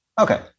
okay